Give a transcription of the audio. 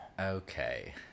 Okay